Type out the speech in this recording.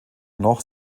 noch